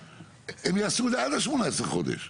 הם יעשו את זה עד 18 החודשים.